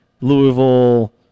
Louisville